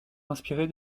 inspiré